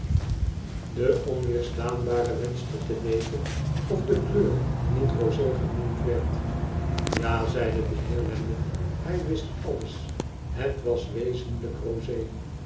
de onweerstaanbare wenschtete wetenof de kleur niet rosé genoemd werd ja zeide de heer lammie hij wist alles het was wezenhjk rosé